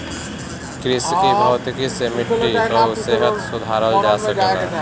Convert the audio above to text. कृषि भौतिकी से मिट्टी कअ सेहत सुधारल जा सकेला